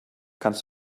kannst